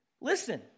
listen